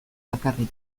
bakarrik